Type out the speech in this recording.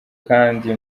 kandi